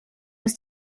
was